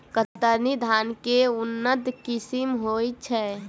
कतरनी धान केँ के उन्नत किसिम होइ छैय?